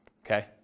Okay